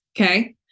Okay